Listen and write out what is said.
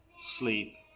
sleep